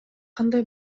кандай